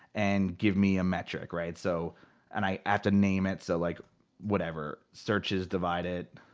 and give me a metric, right? so and i have to name it, so like whatever. searches divided,